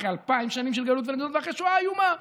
אחרי אלפיים שנים של גלות ואחרי שואה איומה.